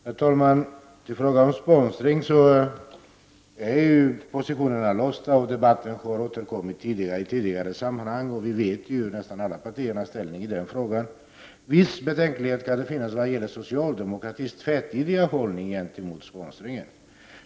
Herr talman! I frågan om sponsring är positionerna låsta. Debatten har förekommit tidigare, och nästan alla partiers ställning i frågan är känd. En viss betänklighet kan det finnas vad gäller socialdemokratins tvetydiga hållning gentemot sponsringen.